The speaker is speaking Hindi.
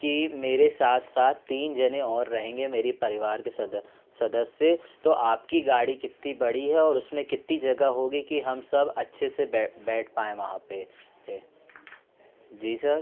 कि मेरे साथ साथ तीन जन और रहेंगे मेरी परिवार के सदस्य तो आपकी गाड़ी कितनी बड़ी है और उसमें कितंई जगह होगी कि हम सब अच्छे से बैठ पाएँ वहाँ पर पर जी सर